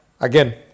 again